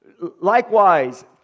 Likewise